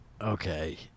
Okay